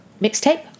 mixtape